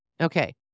Okay